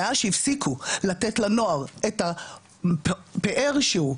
מאז שהפסיקו לתת לנוער את הפאר שהוא,